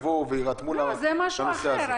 זה משהו אחר.